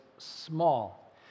small